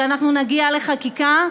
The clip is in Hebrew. אנחנו נגיע לחקיקה,